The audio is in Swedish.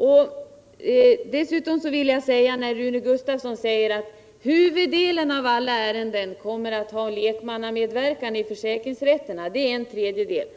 Rune Gustavsson säger dessutom att huvuddelen av alla ärenden kom = Nr 55 mer att ha lekmannamedverkan i försäkringsrätterna. Det rör sig om Fredagen den en tredjedel av dessa ärenden.